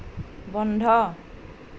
বন্ধ